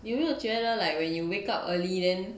你有没有觉得 like when you wake up early then